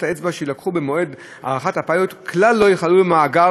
אצבע שיילקחו במועד הארכת הפיילוט כלל לא ייכללו במאגר